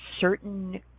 certain